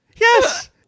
Yes